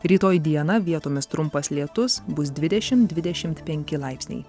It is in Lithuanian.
rytoj dieną vietomis trumpas lietus bus dvidešim dvidešimt penki laipsniai